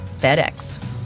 FedEx